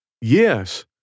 Yes